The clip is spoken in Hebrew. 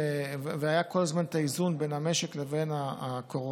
והיה כל הזמן את האיזון בין המשק לבין הקורונה.